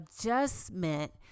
adjustment